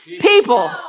People